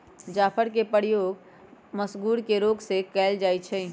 जाफरके प्रयोग मसगुर के रोग में सेहो कयल जाइ छइ